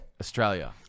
Australia